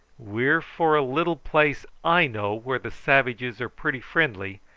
we're for a little place i know, where the savages are pretty friendly,